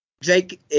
Jake